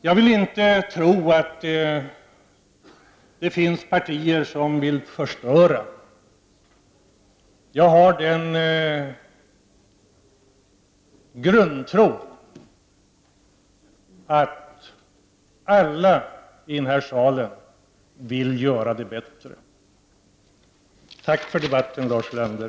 Jag vill inte tro att det finns partier som vill förstöra. Jag har den grundtron att alla här i kammaren vill göra det bättre. Tack för debatten, Lars Ulander.